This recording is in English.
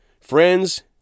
Friends